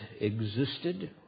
existed